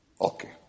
Okay